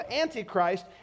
Antichrist